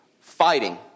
fighting